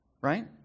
Right